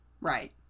right